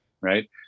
right